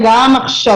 אולי גם הכשרות,